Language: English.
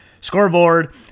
scoreboard